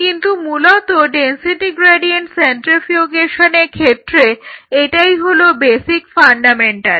কিন্তু মূলত density gradient সেন্ট্রিফিউগেশনের ক্ষেত্রে এটাই হলো বেসিক ফান্ডামেন্টাল